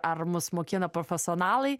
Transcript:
ar mus mokina profesionalai